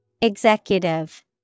Executive